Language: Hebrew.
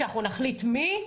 שאנחנו נחליט מי,